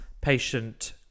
patient